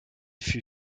fut